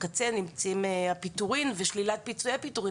בקצה נמצאים הפיטורים ושלילת פיצויי הפיטורים,